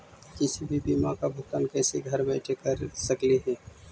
किसी भी बीमा का भुगतान कैसे घर बैठे कैसे कर स्कली ही?